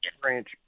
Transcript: branch